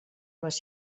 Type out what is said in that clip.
les